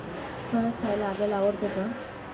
फणस खायला आपल्याला आवडतो का?